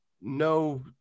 No